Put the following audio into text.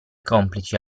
complici